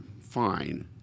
fine